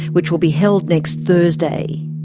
which will be held next thursday.